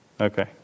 Okay